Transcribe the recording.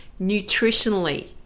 nutritionally